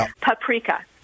Paprika